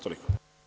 Toliko.